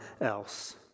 else